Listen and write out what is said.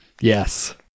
Yes